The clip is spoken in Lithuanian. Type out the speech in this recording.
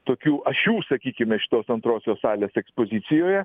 tokių ašių sakykime šitos antrosios salės ekspozicijoje